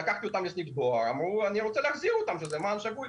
לסניף הדואר ואמרתי שאני רוצה להחזיר אותם כי זה מען שגוי.